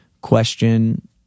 question